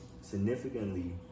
significantly